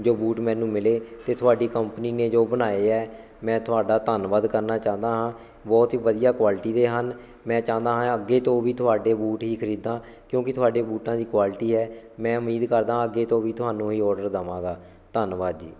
ਜੋ ਬੂਟ ਮੈਨੂੰ ਮਿਲੇ ਅਤੇ ਤੁਹਾਡੀ ਕੰਪਨੀ ਨੇ ਜੋ ਬਣਾਏ ਹੈ ਮੈਂ ਤੁਹਾਡਾ ਧੰਨਵਾਦ ਕਰਨਾ ਚਾਹੁੰਦਾ ਹਾਂ ਬਹੁਤ ਹੀ ਵਧੀਆ ਕੁਆਲਿਟੀ ਦੇ ਹਨ ਮੈਂ ਚਾਹੁੰਦਾ ਹਾਂ ਅੱਗੇ ਤੋਂ ਵੀ ਤੁਹਾਡੇ ਬੂਟ ਹੀ ਖਰੀਦਾਂ ਕਿਉਂਕਿ ਤੁਹਾਡੇ ਬੂਟਾਂ ਦੀ ਕੁਆਲਿਟੀ ਹੈ ਮੈਂ ਉਮੀਦ ਕਰਦਾ ਅੱਗੇ ਤੋਂ ਵੀ ਤੁਹਾਨੂੰ ਹੀ ਔਡਰ ਦੇਵਾਂਗਾ ਧੰਨਵਾਦ ਜੀ